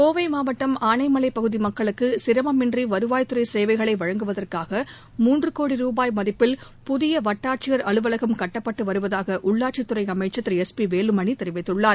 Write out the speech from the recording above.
கோவை மாவட்டம் ஆனைமலை பகுதி மக்களுக்கு சிரமமின்றி வருவாய்த் துறை சேவைகளை வழங்குவதற்காக மூன்று கோடி ரூபாய் மதிப்பில் புதிய வட்டாட்சியர் அலுவலகம் கட்டப்பட்டு வருவதாக உள்ளாட்சித் துறை அமைச்சர் திரு எஸ் பி வேலுமணி தெரிவித்துள்ளார்